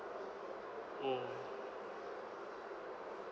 mm